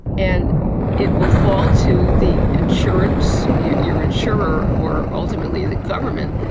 and it will fall to the insurance, your your insurer or ultimately the government